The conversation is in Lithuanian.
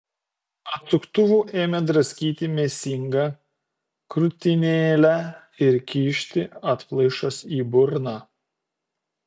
atsuktuvu ėmė draskyti mėsingą krūtinėlę ir kišti atplaišas į burną